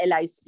LIC